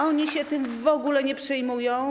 Oni się tym w ogóle nie przejmują.